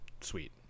sweet